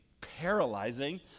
paralyzing